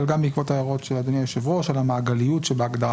אבל גם בעקבות ההערות של אדוני היושב-ראש על המעגליות שבהגדרה